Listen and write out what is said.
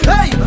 Hey